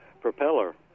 propeller